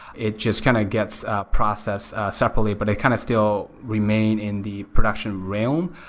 it just kind of gets ah processed separately, but it kind of still remain in the production realm.